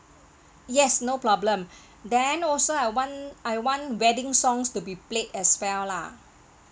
yes no problem then also I want I want wedding songs to be played as well lah